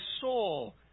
soul